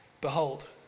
behold